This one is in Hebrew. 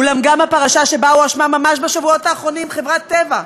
אולם גם הפרשה שבה הואשמה ממש בשבועות האחרונים חברת "טבע",